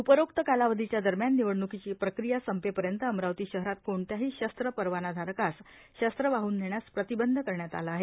उपरोक्त कालावधीच्या दरम्यान निवडण्कीची प्रक्रिया संपेपर्यंत अमरावती शहरात कोणत्याही शस्त्र परवानाधारकास शस्त्र वाहन नेण्यास प्रतिबंध करण्यात आले आहे